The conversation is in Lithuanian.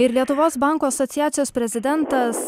ir lietuvos bankų asociacijos prezidentas